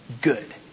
good